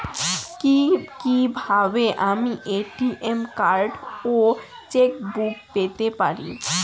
কি কিভাবে আমি এ.টি.এম কার্ড ও চেক বুক পেতে পারি?